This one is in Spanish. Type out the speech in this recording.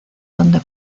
donde